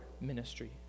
ministry